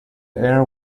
air